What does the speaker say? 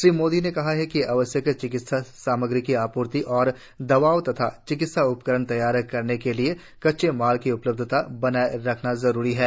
श्री मोदी ने कहा कि आवश्यक चिकित्सा सामग्री की आपूर्ति और दवाएं तथा चिकित्सा उपकरण तैयार करने के लिये कच्चे माल की उपलब्धता बनाये रखना जरूरी है